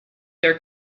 their